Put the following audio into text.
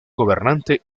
gobernante